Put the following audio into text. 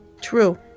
True